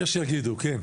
יש שיגידו, כן.